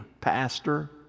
pastor